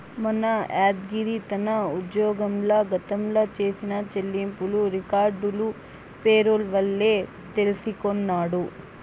మన యాద్గిరి తన ఉజ్జోగంల గతంల చేసిన చెల్లింపులు రికార్డులు పేరోల్ వల్లే తెల్సికొన్నాడు